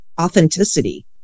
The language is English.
authenticity